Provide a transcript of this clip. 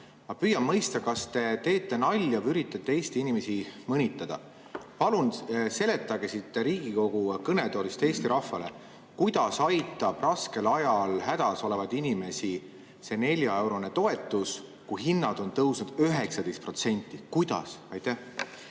Ma püüan mõista, kas te teete nalja või üritate Eesti inimesi mõnitada. Palun seletage siit Riigikogu kõnetoolist Eesti rahvale, kuidas aitab raskel ajal hädas olevaid inimesi see 4-eurone toetus, kui hinnad on tõusnud 19%. Kuidas? Aitäh,